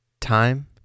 Time